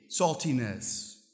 saltiness